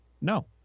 No